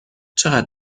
چقدر